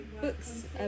books